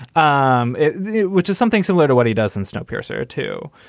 um yeah which is something similar to what he does in snowpiercer, too.